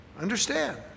Understand